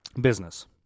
business